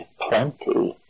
plenty